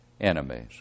enemies